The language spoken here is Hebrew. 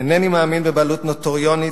אינני מאמין בבעלות נוטריונית,